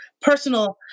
personal